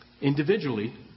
Individually